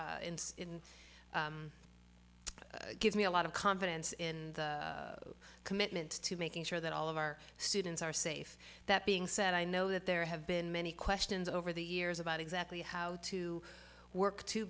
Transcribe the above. provide gives me a lot of confidence in my commitment to making sure that all of our students are safe that being said i know that there have been many questions over the years about exactly how to work t